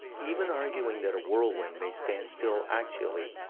even arguing that a whirlwind may stand still axially,